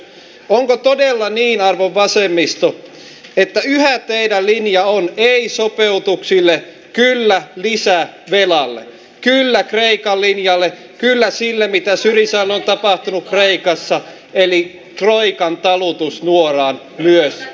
onko todella niin arvon vasemmisto että yhä teidän linjanne on ei sopeutuksille kyllä lisävelalle kyllä kreikan linjalle kyllä sille mitä syrizalle on tapahtunut kreikassa eli troikan talutusnuoraan myös suomi